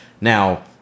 Now